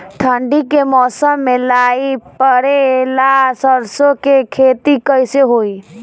ठंडी के मौसम में लाई पड़े ला सरसो के खेती कइसे होई?